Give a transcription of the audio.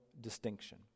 distinction